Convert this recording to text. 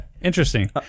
Interesting